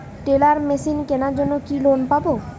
Teller machine কেনার জন্য কি লোন পাব?